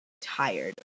tired